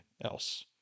else